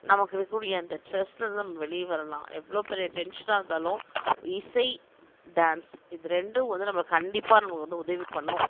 நமக்கு இருக்கக்கூடிய அந்த ஸ்ட்ரெஸை இருந்து நம்ம வெளியே வரலாம் எவ்வளோ பெரிய டென்ஷனாக இருந்தாலும் இசை டான்ஸ் இது ரெண்டும் வந்து நம்மளை கண்டிப்பாக நமக்கு வந்து உதவி பண்ணும்